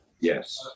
Yes